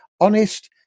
honest